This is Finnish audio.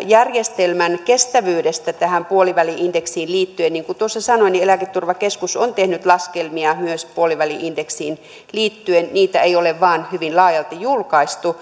järjestelmän kestävyydestä tähän puoliväli indeksiin liittyen niin kuin tuossa sanoin eläketurvakeskus on tehnyt laskelmia myös puoliväli indeksiin liittyen niitä ei vaan ole hyvin laajalti julkaistu